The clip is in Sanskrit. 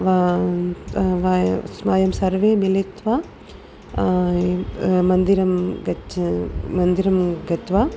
व वयं वयं सर्वे मिलित्वा मन्दिरं गत्वा मन्दिरं गत्वा